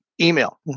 email